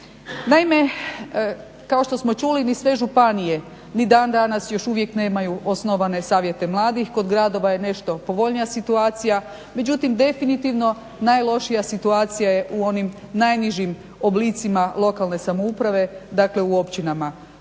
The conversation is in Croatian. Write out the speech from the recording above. Naime, kao što smo čuli ni sve županije ni dan danas još uvijek nemaju osnovane Savjete mladih. Kod gradova je nešto povoljnija situacija, međutim definitivno najlošija situacija je u onim najnižim oblicima lokalne samouprave, dakle u općinama.